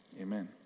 Amen